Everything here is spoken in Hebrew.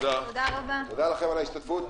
תודה לכם על ההשתתפות.